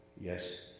yes